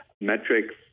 metrics